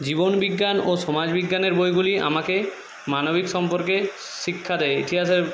জীবনবিজ্ঞান ও সমাজ বিজ্ঞানের বইগুলি আমাকে মানবিক সম্পর্কের শিক্ষা দেয় ইতিহাসের